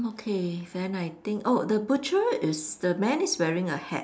okay then I think oh the butcher is the man is wearing a hat